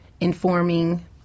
informing